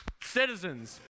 citizens